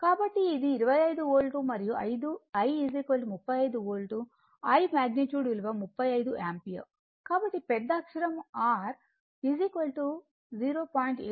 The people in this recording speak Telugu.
కాబట్టి ఇది 25 వోల్ట్ మరియు I 35 వోల్ట్ I మాగ్నిట్యూడ్ విలువ 35 యాంపియర్ కాబట్టి పెద్దఅక్షరం R 0